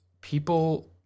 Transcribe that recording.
people